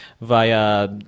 via